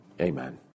Amen